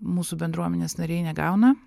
mūsų bendruomenės nariai negauna